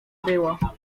było